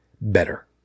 better